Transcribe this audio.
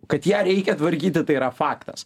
kad ją reikia tvarkyti tai yra faktas